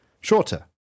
shorter